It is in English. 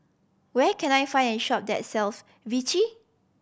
where can I find a shop that sells Vichy